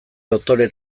doktore